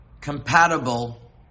compatible